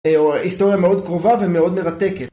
היסטוריה מאוד קרובה ומאוד מרתקת